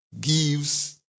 gives